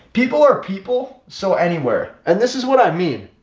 people are people. so anywhere. and this is what i mean,